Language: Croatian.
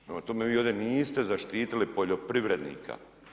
Prema tome, vi ovdje niste zaštitili poljoprivrednika.